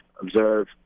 observe